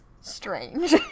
strange